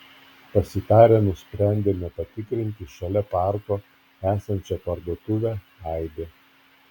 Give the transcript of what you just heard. pasitarę nusprendėme patikrinti šalia parko esančią parduotuvę aibė